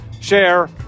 share